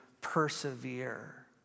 persevere